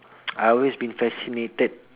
I always been fascinated